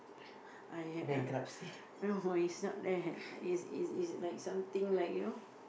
I ah no is not that is is is like something like you know